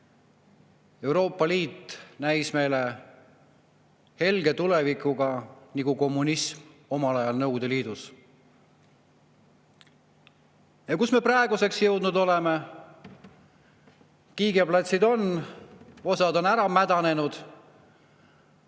Euroopa Liit näis meile helge tulevikuna nagu kommunism omal ajal Nõukogude Liidus. Ja kuhu me praeguseks jõudnud oleme? Kiigeplatsid on, osa on ära mädanenud.